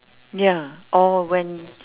ya or when